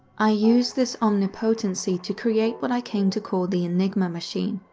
i used this omnipotency to create what i came to call the enigma machine,